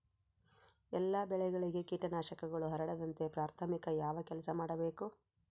ಎಲ್ಲ ಬೆಳೆಗಳಿಗೆ ಕೇಟನಾಶಕಗಳು ಹರಡದಂತೆ ಪ್ರಾಥಮಿಕ ಯಾವ ಕೆಲಸ ಮಾಡಬೇಕು?